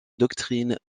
doctrine